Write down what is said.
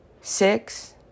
Six